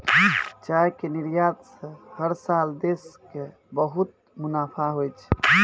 चाय के निर्यात स हर साल देश कॅ बहुत मुनाफा होय छै